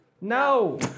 No